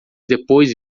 depois